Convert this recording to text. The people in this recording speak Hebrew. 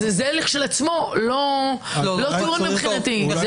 אז זה לכשעצמו לא תורם מבחינתי.